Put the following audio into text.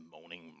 moaning